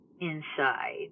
inside